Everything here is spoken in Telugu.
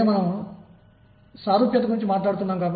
కాబట్టి మనం అలా చేద్దాం